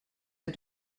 had